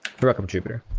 three computer